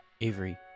Avery